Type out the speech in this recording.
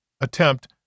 attempt